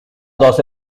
those